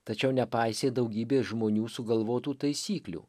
tačiau nepaisė daugybės žmonių sugalvotų taisyklių